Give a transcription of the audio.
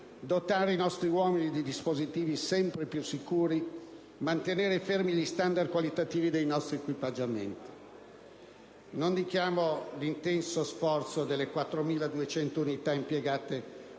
dotare i nostri uomini di dispositivi sempre più sicuri, mantenere fermi gli standard qualitativi dei nostri equipaggiamenti. Non dimentichiamo l'intenso sforzo delle 4.200 unità impiegate